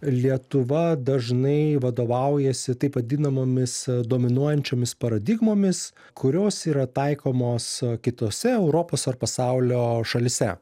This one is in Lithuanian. lietuva dažnai vadovaujasi taip vadinamomis dominuojančiomis paradigmomis kurios yra taikomos kitose europos ar pasaulio šalyse